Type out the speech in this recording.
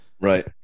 Right